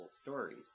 stories